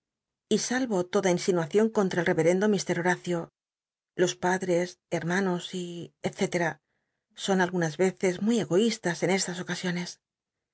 y saho toda insinuacion contra el re crcndn fr horario los padres hermanos y elct'lent son algu nas y cces muy ego ístas en cslas ocasiones